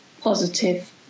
positive